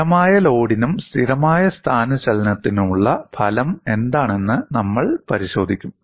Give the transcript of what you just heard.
സ്ഥിരമായ ലോഡിനും സ്ഥിരമായ സ്ഥാനചലനത്തിനുമുള്ള ഫലം എന്താണെന്ന് നമ്മൾ പരിശോധിക്കും